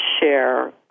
share